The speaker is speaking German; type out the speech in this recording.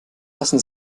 lassen